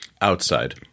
outside